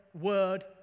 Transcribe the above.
word